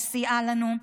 שסייעה לנו,